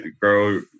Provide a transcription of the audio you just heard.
grow